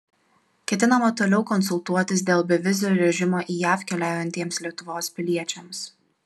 ketinama toliau konsultuotis dėl bevizio režimo į jav keliaujantiems lietuvos piliečiams